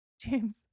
James